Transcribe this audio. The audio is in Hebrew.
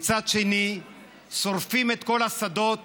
ומצד שני שורפים את כל השדות